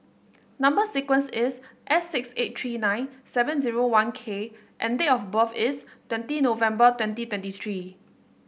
number sequence is S six eight three nine seven zero one K and date of birth is twenty November twenty twentieth three